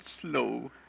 slow